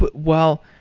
but well,